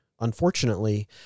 Unfortunately